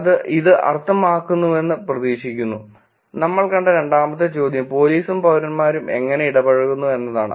അത് ഇത് അർത്ഥമാക്കുന്നുവെന്ന് പ്രതീക്ഷിക്കുന്നു നമ്മൾ കണ്ട രണ്ടാമത്തെ ചോദ്യം പോലീസും പൌരന്മാരും എങ്ങനെ ഇടപഴകുന്നു എന്നതാണ്